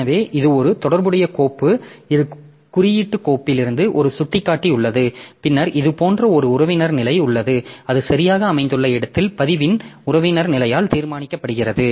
எனவே இது ஒரு தொடர்புடைய கோப்பு இது குறியீட்டு கோப்பில் இருந்து ஒரு சுட்டிக்காட்டி உள்ளது பின்னர் இது போன்ற ஒரு உறவினர் நிலை உள்ளது அது சரியாக அமைந்துள்ள இடத்தில் பதிவின் உறவினர் நிலையால் தீர்மானிக்கப்படுகிறது